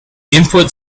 input